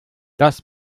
das